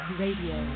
radio